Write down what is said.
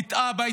את אבא,